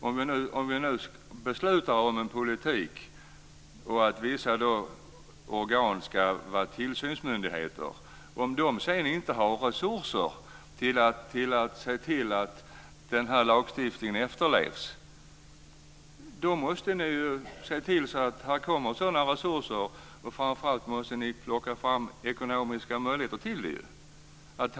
Om vi beslutar om en politik där vissa organ ska vara tillsynsmyndigheter och de inte har resurser att se till att lagstiftningen efterlevs, måste ni ju se till att det kommer sådana resurser, framför allt måste ni plocka fram ekonomiska möjligheter för det.